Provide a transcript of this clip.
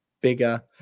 bigger